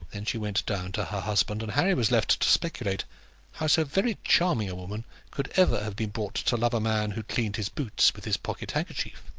then she went down to her husband, and harry was left to speculate how so very charming a woman could ever have been brought to love a man who cleaned his boots with his pocket-handkerchief.